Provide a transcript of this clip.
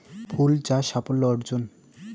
ফুল চাষ সাফল্য অর্জন?